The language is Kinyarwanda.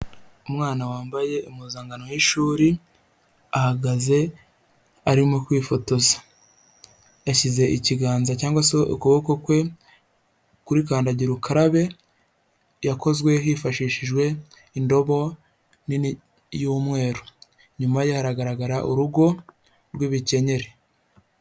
Umwana wambaye impuzankano y'ishuri, ahagaze arimo kwifotoza, yashyize ikiganza cyangwa se ukuboko kwe kuri kandagira ukarabe yakozwe hifashishijwe indobo nini y'umweru, inyuma ye hagaragara urugo rw'ibikenyeri.